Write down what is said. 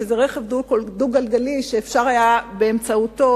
שזה רכב דו-גלגלי שהיה אפשר לפתור באמצעותו